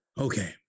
Okay